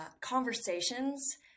conversations